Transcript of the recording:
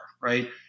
Right